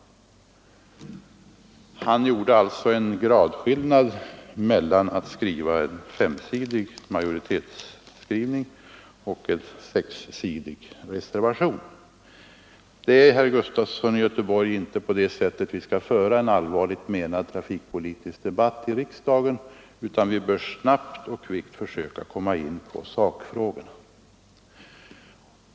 Han gjorde alltså en gradskillnad mellan en femsidig majoritetsskrivning och en sexsidig reservation. Det är inte på det sättet vi skall föra en allvarligt menad trafikpolitisk debatt i riksdagen, utan vi bör snabbt försöka komma in på sakfrågorna.